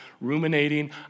ruminating